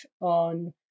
on